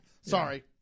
Sorry